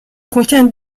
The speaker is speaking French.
contient